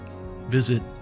visit